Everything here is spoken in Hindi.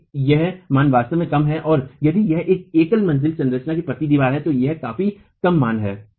यदि यह मान वास्तव में कम है और यदि यह एकल मंजिला संरचना की पतली दीवार है तो यह काफी कम मान है